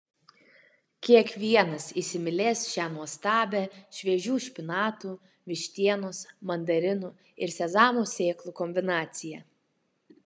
kiekvienas įsimylės šią nuostabią šviežių špinatų vištienos mandarinų ir sezamo sėklų kombinaciją